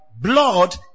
blood